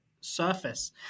surface